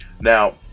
now